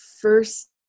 first